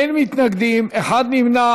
אין מתנגדים, אחד נמנע.